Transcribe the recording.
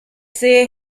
sehe